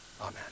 Amen